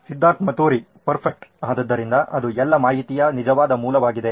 ಸಿದ್ಧಾರ್ಥ್ ಮತುರಿ ಪರ್ಫೆಕ್ಟ್ ಆದ್ದರಿಂದ ಅದು ಎಲ್ಲ ಮಾಹಿತಿಯ ನಿಜವಾದ ಮೂಲವಾಗಿದೆ